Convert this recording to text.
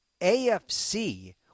AFC